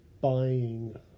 buying